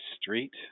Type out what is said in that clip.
street